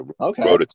okay